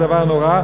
זה דבר נורא,